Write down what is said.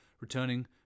returning